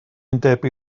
undeb